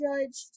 judged